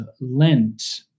Lent